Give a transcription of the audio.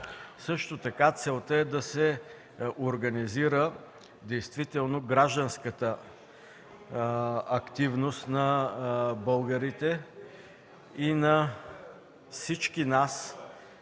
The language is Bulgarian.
Също така целта е да се организира действително гражданската активност на българите и на всички нас,